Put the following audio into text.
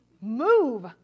Move